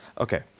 okay